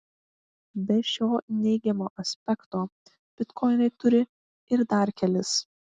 be šio neigiamo aspekto bitkoinai turi ir dar kelis